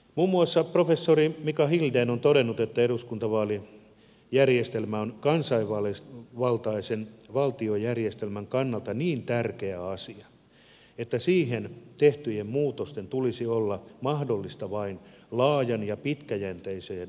muun muassa professori mikael hiden on todennut että eduskuntavaalijärjestelmä on kansanvaltaisen valtiojärjestelmän kannalta niin tärkeä asia että siihen tehtyjen muutosten tulisi olla mahdollisia vain laajan ja pitkäjänteisen konsensuksen pohjalta